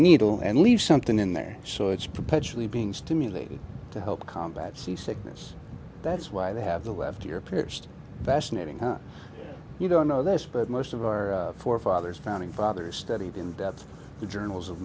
needle and leave something in there so it's perpetually being stimulated to help combat sea sickness that's why they have the left ear pierced fascinating you don't know this but most of our forefathers founding fathers studied in depth the journals of